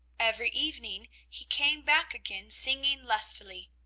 every evening he came back again singing lustily.